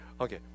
Okay